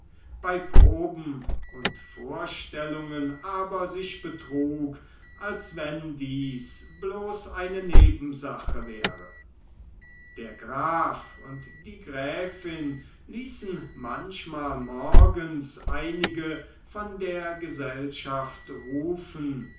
bei proben und vorstellungen aber sich betrug als wenn dies bloß eine nebensache wäre der graf und die gräfin ließen manchmal morgens einige von der gesellschaft rufen